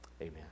Amen